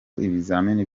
bizamini